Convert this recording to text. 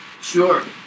Sure